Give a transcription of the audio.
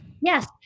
Yes